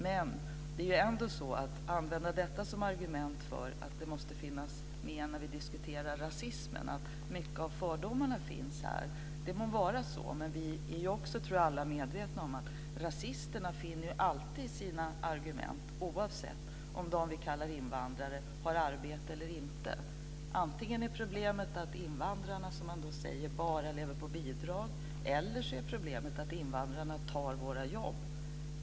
Många av fördomarna finns här, och man använder det som ett argument för att frågan måste finnas med när vi diskuterar rasismen. Det må vara så, men jag tror att vi alla är medvetna om att rasisterna alltid finner sina argument, oavsett om de vi kallar invandrare har arbete eller inte. Antingen är problemet att invandrarna, som man säger, bara lever på bidrag eller att invandrarna tar våra jobb.